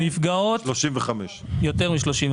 נפגעות 39. 35. יותר מ-35.